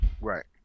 right